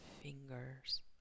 fingers